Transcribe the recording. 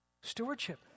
stewardship